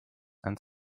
and